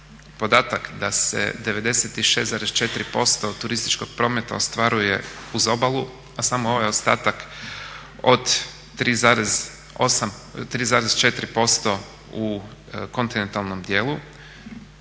podatak da se 96,4% turističkog prometa ostvaruje uz obalu, a samo ovaj ostatak od 3,4% u kontinentalnom dijelu